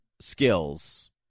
skills